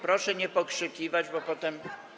Proszę nie pokrzykiwać, bo potem.